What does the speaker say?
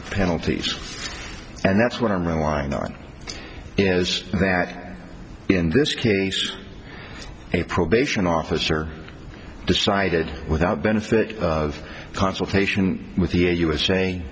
of penalties and that's what i'm relying on is that in this case a probation officer decided without benefit of consultation with the u